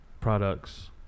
products